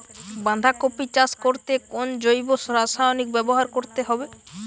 বাঁধাকপি চাষ করতে কোন জৈব রাসায়নিক ব্যবহার করতে হবে?